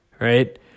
right